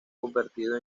convertido